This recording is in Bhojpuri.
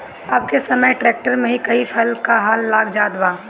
अब के समय ट्रैक्टर में ही कई फाल क हल लाग जात बा